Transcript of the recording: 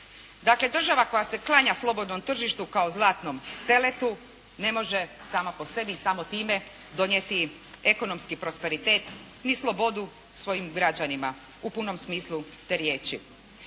Dakle država koja se klanja slobodnom tržištu kao zlatom teletu, ne može sama po sebi i samo time donijeti ekonomski prosperitet ni slobodu svojim građanima u punom smislu te riječi.